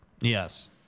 Yes